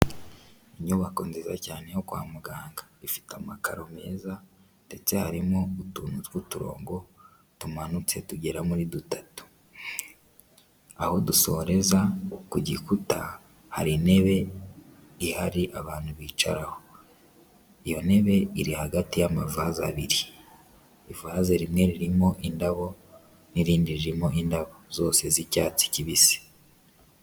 Inyubako nziza cyane yo kwa muganga, ifite amakaro meza ndetse harimo utuntu tw'uturongo tumanutse tugera kuri dutatu, aho dusoreza ku gikuta hari intebe ihari abantu bicaraho, iyo ntebe iri hagati y'amavaza abiri, ivase rimwe ririmo indabo n'irindi ririmo indabo zose z'icyatsi kibisi.